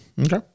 Okay